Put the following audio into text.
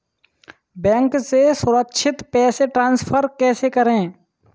Bank से सुरक्षित पैसे ट्रांसफर कैसे करें?